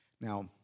Now